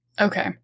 Okay